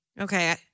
Okay